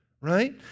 Right